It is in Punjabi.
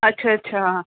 ਅੱਛਾ ਅੱਛਾ